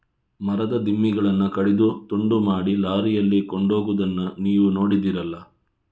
ಮರದ ದಿಮ್ಮಿಗಳನ್ನ ಕಡಿದು ತುಂಡು ಮಾಡಿ ಲಾರಿಯಲ್ಲಿ ಕೊಂಡೋಗುದನ್ನ ನೀವು ನೋಡಿದ್ದೀರಲ್ಲ